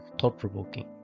thought-provoking